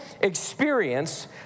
experience